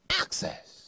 access